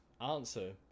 answer